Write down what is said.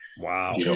Wow